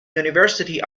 university